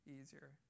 easier